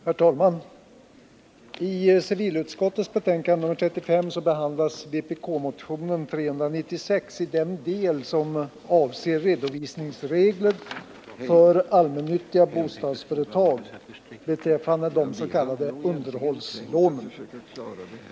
Herr talman! I civilutskottets betänkande nr 35 behandlas bl.a. vpk motionen 396 i den del som avser redovisningsregler för allmännyttiga bostadsföretag beträffande de s.k. underhållslånen.